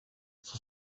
for